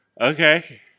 Okay